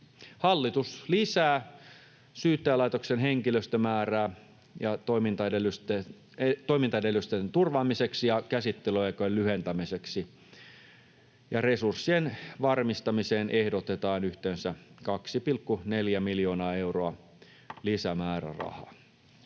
Hallitus lisää Syyttäjälaitoksen henkilöstömäärää toimintaedellytysten turvaamiseksi ja käsittelyaikojen lyhentämiseksi. Resurssien varmistamiseen ehdotetaan yhteensä 2,4 miljoonaa euroa lisämäärärahaa.